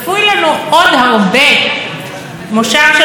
מושב של פוליטיקאים שעסוקים בעצמם,